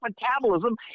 metabolism